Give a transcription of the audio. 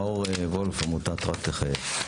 מאור וולף, עמותת רק תחייך.